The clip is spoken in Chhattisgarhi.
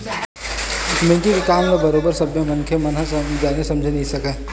बेंकिग के काम ल बरोबर सब्बे मनखे मन ह जाने समझे नइ सकय